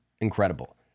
incredible